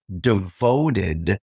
devoted